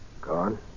Gone